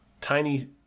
tiny